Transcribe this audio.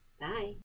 Bye